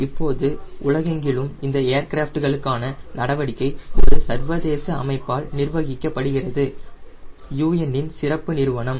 இப்போது உலகெங்கிலும் இந்த ஏர்கிராஃப்ட்களுக்கான நடவடிக்கை ஒரு சர்வதேச அமைப்பால் நிர்வகிக்கப்படுகிறது UN இன் சிறப்பு நிறுவனம்